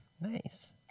Nice